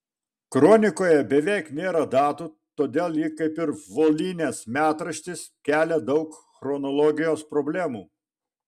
kronikoje beveik nėra datų todėl ji kaip ir volynės metraštis kelia daug chronologijos problemų